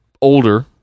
older